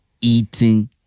eating